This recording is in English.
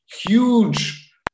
huge